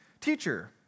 Teacher